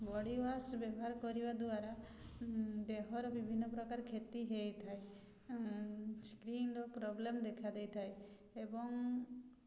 body wash ବ୍ୟବହାର କରିବା ଦ୍ୱାରା ଦେହର ବିଭିନ୍ନ ପ୍ରକାର କ୍ଷତି ହେଇଥାଏ ସ୍କିନ୍ର ପ୍ରୋବ୍ଲେମ୍ ଦେଖା ଦେଇଥାଏ ଏବଂ